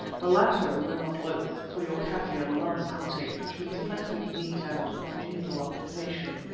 the latter were not loth, for your kaffir loves hunting, which means plenty of meat and congenial occupation,